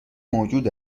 موجود